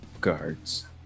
guards